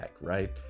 right